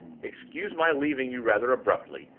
excuse my leaving you rather abruptly.